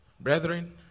Brethren